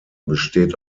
besteht